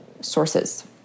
sources